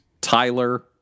Tyler